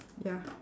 ya